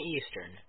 Eastern